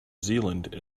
zealand